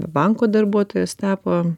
banko darbuotojas tapo